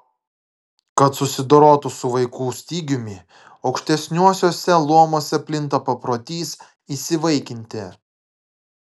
kad susidorotų su vaikų stygiumi aukštesniuosiuose luomuose plinta paprotys įsivaikinti